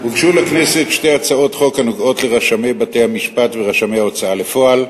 הוגשו לכנסת שתי הצעות חוק הנוגעות לרשמי בתי-המשפט ורשמי ההוצאה לפועל.